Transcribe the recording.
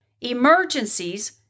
emergencies